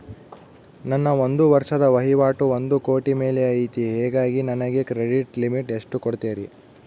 ನನ್ನ ಒಂದು ವರ್ಷದ ವಹಿವಾಟು ಒಂದು ಕೋಟಿ ಮೇಲೆ ಐತೆ ಹೇಗಾಗಿ ನನಗೆ ಕ್ರೆಡಿಟ್ ಲಿಮಿಟ್ ಎಷ್ಟು ಕೊಡ್ತೇರಿ?